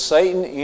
Satan